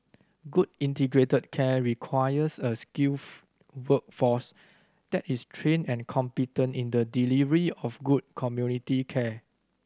good integrated care requires a skilled workforce that is trained and competent in the delivery of good community care